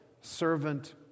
servant